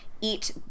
eat